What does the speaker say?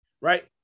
Right